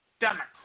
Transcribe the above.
Democrat